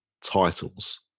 titles